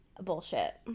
bullshit